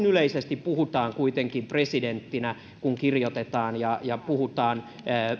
yleisesti puhutaan kuitenkin presidenttinä kun kirjoitetaan ja ja puhutaan